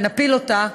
ונפיל אותה,